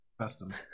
Custom